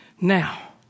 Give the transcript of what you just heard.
Now